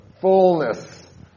fullness